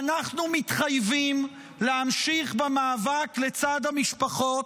ואנחנו מתחייבים להמשיך במאבק לצד המשפחות,